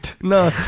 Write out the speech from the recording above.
No